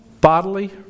bodily